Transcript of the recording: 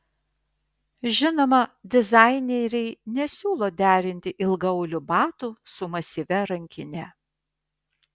žinoma dizaineriai nesiūlo derinti ilgaaulių batų su masyvia rankine